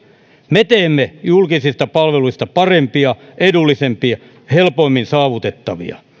me teemme julkisista palveluista parempia edullisempia ja helpommin saavutettavia